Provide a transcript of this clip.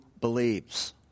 believes